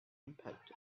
impact